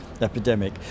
epidemic